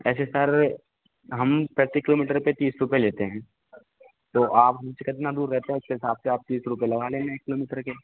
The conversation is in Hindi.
ऐसे सर हम प्रति किलोमीटर पे तीस रुपए लेते हैं तो आप हमसे कितना दूर रहते है उस हिसाब से आप तीस रुपए लगा लेंगे एक किलोमीटर के